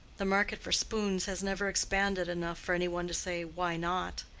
the market for spoons has never expanded enough for any one to say, why not?